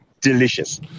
delicious